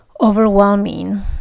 overwhelming